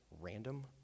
random